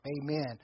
amen